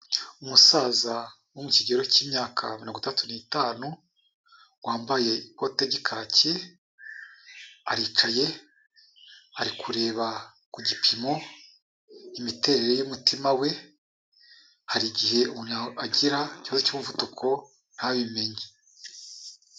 Umusaza wo mu kigero cy'imyaka mirongo itandatu n'itanu, wambaye ikote ry'ikacye, aricaye, ari kureba ku gipimo imiterere y'umutima we, hari igihe umuntu agira ikibazo cy'umuvuduko ntabimenye.